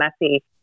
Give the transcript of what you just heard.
messy